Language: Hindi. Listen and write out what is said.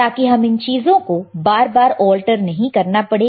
ताकि हमें इन चीजों को बार बार ऑल्टर नहीं करना पड़े